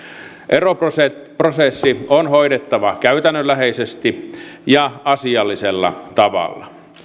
eroprosessi on hoidettava käytännönläheisesti ja asiallisella tavalla